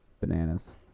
bananas